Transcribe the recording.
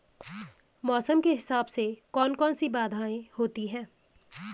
मौसम के हिसाब से कौन कौन सी बाधाएं होती हैं?